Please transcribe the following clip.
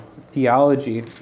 theology